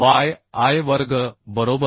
yi वर्ग बरोबर